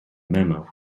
memo